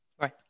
Right